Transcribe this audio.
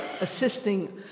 assisting